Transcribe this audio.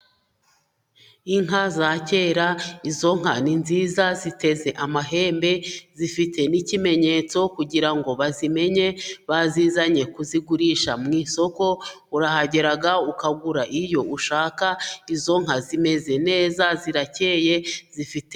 inka za kera, izo nka ni nziza ziteze amahembe, zifite n'ikimenyetso kugira ngo bazimenye, bazizanye kuzigurisha mu isoko, urahagera ukagura iyo ushaka izo nka zimeze neza zirakeye zifite.